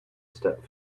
step